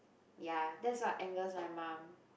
ya that's what angers my mum